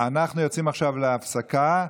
אנחנו יוצאים עכשיו להפסקה.